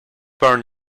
born